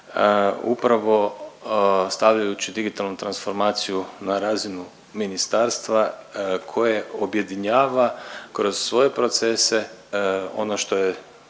upravo stavljajući digitalnu transformaciju na razinu ministarstva koje objedinjava kroz svoje procese ono što je